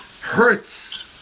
Hurts